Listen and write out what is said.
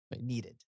needed